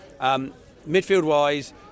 Midfield-wise